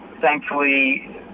thankfully